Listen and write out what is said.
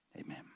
Amen